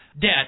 debt